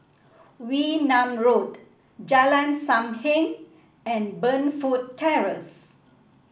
Wee Nam Road Jalan Sam Heng and Burnfoot Terrace